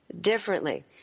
differently